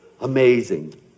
amazing